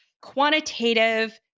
quantitative